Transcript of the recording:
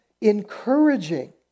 encouraging